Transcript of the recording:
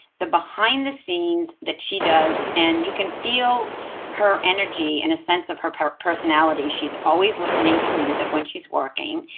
the behind the scenes that she does. and you can feel her energy and a sense of her personality. she's always listening to music when she's working.